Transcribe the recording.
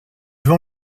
vont